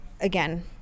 Again